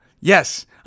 Yes